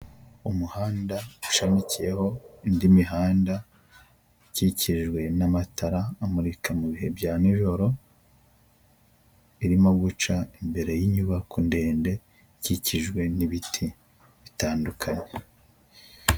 Umuhanda ushamikiyeho indi mihanda ikikijwe n'amatara amurika mu bihe bya nijoro irimo guca imbere y'inyubako ndende ikikijwe n'ibiti bitandukanye.